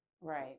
right